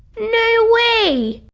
no way!